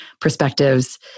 perspectives